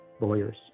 lawyers